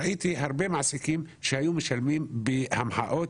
ראיתי הרבה מעסיקים שהיו משלמים בהמחאות